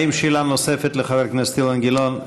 האם יש שאלה נוספת לחבר הכנסת אילן גילאון?